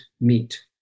meet